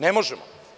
Ne možemo.